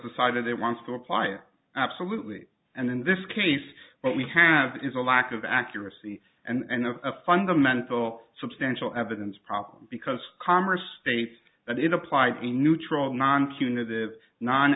decided it wants to apply it absolutely and in this case what we have is a lack of accuracy and of a fundamental substantial evidence problem because commerce states that it applied a neutral non punitive non